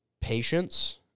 patience